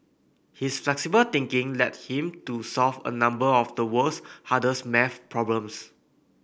his flexible thinking led him to solve a number of the world's hardest math problems